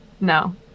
No